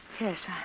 Yes